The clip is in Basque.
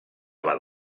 bat